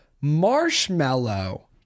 marshmallow